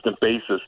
basis